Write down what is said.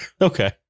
Okay